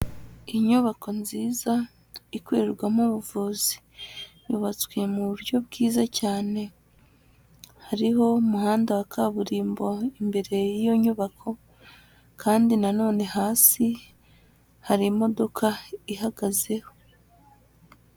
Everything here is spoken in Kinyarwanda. Inyubako nziza, ikorerwamo ubuvuzi. Yubatswe mu buryo bwiza cyane. Hariho umuhanda wa kaburimbo imbere y'iyo nyubako kandi na none hasi hari imodoka ihagazeho.